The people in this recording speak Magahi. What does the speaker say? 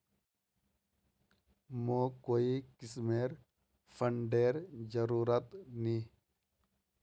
मोक कोई किस्मेर फंडेर जरूरत नी